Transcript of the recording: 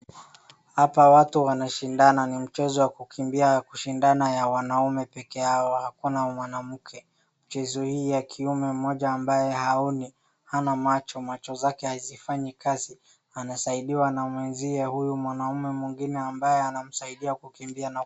Hapa watu wanashindana, ni mchezo wa kukimbia na kushindana ya wanaume peke yao hakuna mwanamke. Akizuia kiume mmoja ambaye haoni, hana macho, macho zake hazifanyi kazi, anasaidiwa na mwenzio huyu mwanaume mwingine ambaye anamsaidia kukimbia.